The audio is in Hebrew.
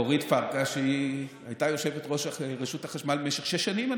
אורית פרקש הייתה יושבת-ראש רשות החשמל במשך שש שנים,